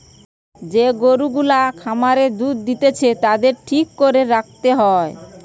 যে গরু গুলা খামারে দুধ দিতেছে তাদের ঠিক করে রাখতে হয়